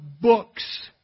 books